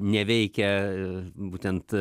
neveikia būtent